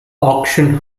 auction